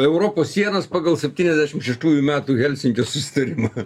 europos sienas pagal septyniasdešim šeštųjų metų helsinkio susitarimą